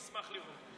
אשמח לראות.